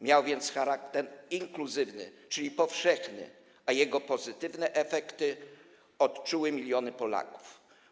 Miał więc charakter inkluzywny, czyli powszechny, a jego pozytywne efekty odczuły miliony Polaków.